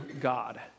God